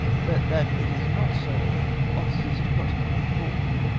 but that it is not so for officers to correspond with the board.